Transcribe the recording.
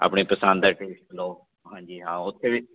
ਆਪਣੇ ਪਸੰਦ ਦਾ ਟੇਸਟ ਲਉ ਹਾਂਜੀ ਹਾਂ ਉੱਥੇ ਵੀ